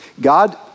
God